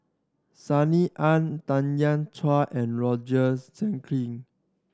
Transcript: Sunny Ang Tanya Chua and Roger Jenkin